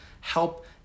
help